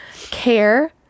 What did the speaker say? care